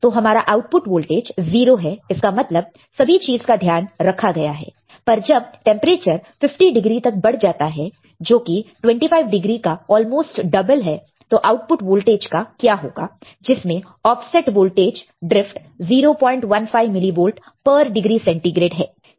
तो हमारा output voltage 0 है इसका मतलब सभी चीज का ध्यान रखा गया है पर जब टेंपरेचर 50 डिग्री तक बढ़ जाता है जो कि 25 डिग्री का ऑलमोस्ट डबल है तो आउटपुट वोल्टेज का क्या होगा जिसमें ऑफसेट वोल्टेज ड्रिफ्ट 015 मिलीवोल्ट पर डिग्री सेंटीग्रेड है